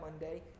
Monday